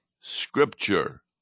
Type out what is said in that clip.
Scripture